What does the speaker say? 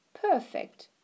Perfect